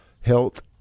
health